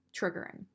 triggering